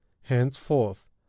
henceforth